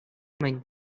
мӗн